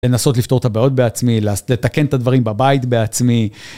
לנסות לפתור את הבעיות בעצמי, לתקן את הדברים בבית בעצמי.